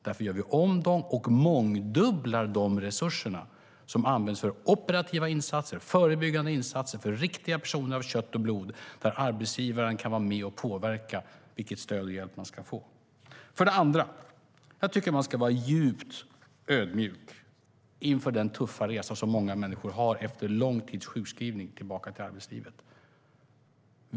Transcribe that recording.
Därför mångdubblar vi de resurser som används för operativa och förebyggande insatser för riktiga personer av kött och blod, och arbetsgivaren kan vara med och påverka vilket stöd och vilken hjälp man ska få. För det andra: Jag tycker att man ska vara djupt ödmjuk inför den tuffa resa som många människor har efter en lång tids sjukskrivning tillbaka till arbetslivet.